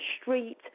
street